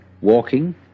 walking